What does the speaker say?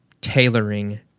tailoring